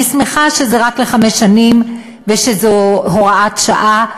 אני שמחה שזה רק לחמש שנים ושזו הוראת שעה.